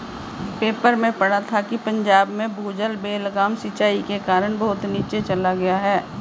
paper में पढ़ा था कि पंजाब में भूजल बेलगाम सिंचाई के कारण बहुत नीचे चल गया है